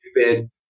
stupid